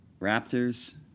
Raptors